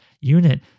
unit